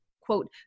quote